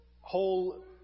whole